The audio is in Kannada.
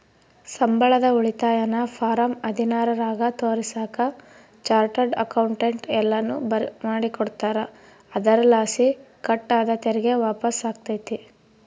ಸಂಬಳದ ಉಳಿತಾಯನ ಫಾರಂ ಹದಿನಾರರಾಗ ತೋರಿಸಾಕ ಚಾರ್ಟರ್ಡ್ ಅಕೌಂಟೆಂಟ್ ಎಲ್ಲನು ಮಾಡಿಕೊಡ್ತಾರ, ಅದರಲಾಸಿ ಕಟ್ ಆದ ತೆರಿಗೆ ವಾಪಸ್ಸಾತತೆ